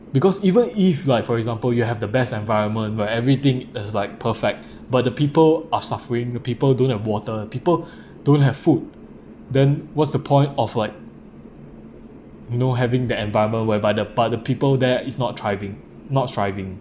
because even if like for example you have the best environment where everything is like perfect but the people are suffering the people don't have water people don't have food then what's the point of like you know having the environment whereby the but the people there is not thriving not striving